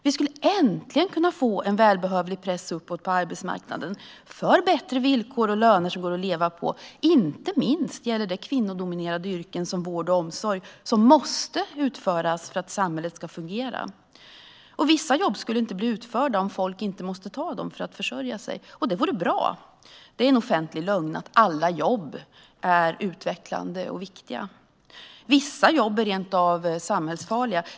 Vi skulle äntligen kunna få en välbehövlig press uppåt på arbetsmarknaden för bättre villkor och löner som går att leva på. Det gäller inte minst kvinnodominerade yrken som vård och omsorg, som måste utföras för att samhället ska fungera. Vissa jobb skulle inte bli utförda om folk inte måste ta dem för att försörja sig, och det vore bra. Det är en offentlig lögn att alla jobb är utvecklande och viktiga. Vissa jobb är rent av samhällsfarliga.